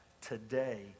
today